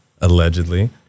allegedly